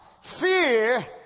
fear